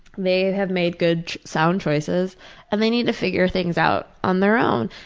they have made good sound choices and they need to figure things out on their own.